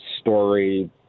story